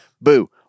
Boo